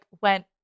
went